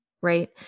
Right